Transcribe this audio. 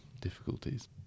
difficulties